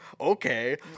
okay